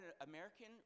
American